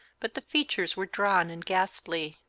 but the features were drawn and ghastly.